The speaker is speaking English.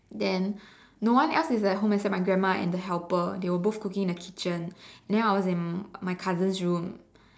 then no one else is at home except my grandma and the helper they were both cooking in the kitchen then I was in my cousin's room